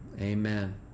Amen